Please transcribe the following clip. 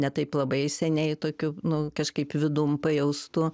ne taip labai seniai tokių nu kažkaip vidum pajaustu